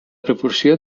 proporció